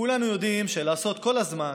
כולנו יודעים שלעשות כל הזמן